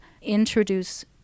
introduce